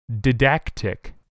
didactic